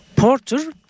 Porter